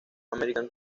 american